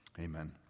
Amen